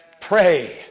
pray